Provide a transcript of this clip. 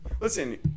Listen